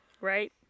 Right